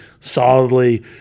solidly